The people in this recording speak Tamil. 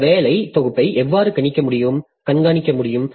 இந்த வேலை தொகுப்பை எவ்வாறு கண்காணிக்க முடியும்